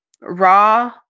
raw